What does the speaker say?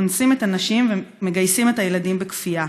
אונסים את הנשים ומגייסים את הילדים בכפייה.